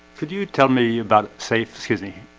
could you tell me about safe? excuse me?